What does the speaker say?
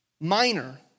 minor